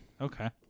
Okay